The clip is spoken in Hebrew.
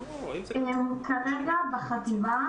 כרגע בחטיבה